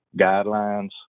guidelines